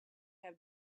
have